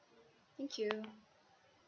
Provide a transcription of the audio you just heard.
thank you